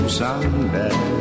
someday